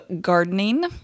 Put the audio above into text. gardening